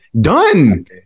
Done